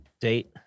date